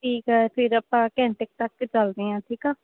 ਠੀਕ ਹੈ ਫਿਰ ਆਪਾਂ ਘੰਟੇ ਕੁ ਤੱਕ ਚੱਲਦੇ ਹਾਂ ਠੀਕ ਹੈ